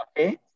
Okay